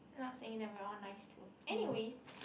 not saying that we are all nice too anyways